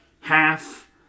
Half